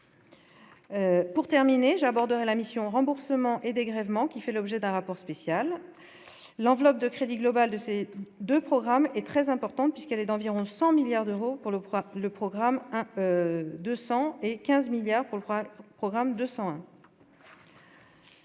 Pour terminer, j'aborderai la mission remboursements et dégrèvements qui fait l'objet d'un rapport spécial, l'enveloppe de crédit global de ces 2 programmes est très importante puisqu'elle est d'environ 100 milliards d'euros pour le 1er le programme 200 et 15 milliards pour le programme de